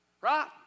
right